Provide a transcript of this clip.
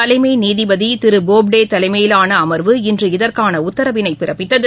தலைமைநீதிபதிதிருபோப்டேதலைமையிலானஅமர்வு இன்று இதற்கானஉத்தரவினைபிறப்பித்தது